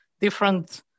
different